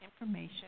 information